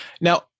Now